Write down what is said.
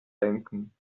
denken